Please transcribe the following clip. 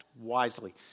wisely